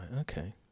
okay